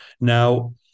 Now